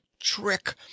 trick